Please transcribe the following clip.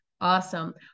Awesome